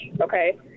okay